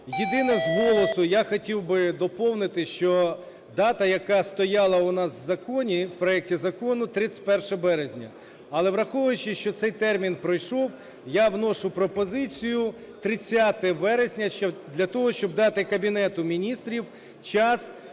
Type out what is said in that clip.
Єдине, з голосу я хотів би доповнити, що дата, яка стояла у нас в законі, в проекті закону - 31 березня. Але, враховуючи що цей термін пройшов, я вношу пропозицію - 30 вересня, для того щоб дати Кабінету Міністрів час